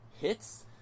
hits